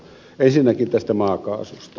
ensinnäkin tästä maakaasusta